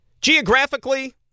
geographically